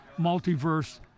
multiverse